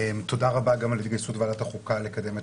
תודה רבה גם על התגייסות ועדת החוקה לקדם את